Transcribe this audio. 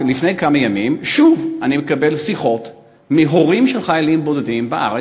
לפני כמה ימים שוב אני מקבל שיחות מהורים של חיילים בודדים בארץ,